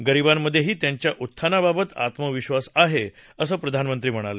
गरींबामधेही त्यांच्या उत्थानाबाबत आत्मविश्वास आहे असं प्रधानमंत्री म्हणाले